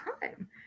time